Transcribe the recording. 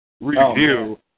review